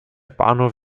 bahnhof